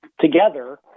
together